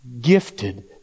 gifted